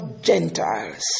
Gentiles